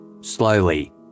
Slowly